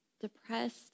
depressed